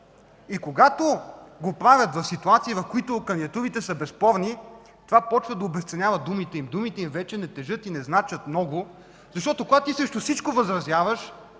и когато го правят в ситуации, в които кандидатурите са безспорни, това започва да обезценява думите им. Думите им вече не тежат и не значат много, защото когато възразяваш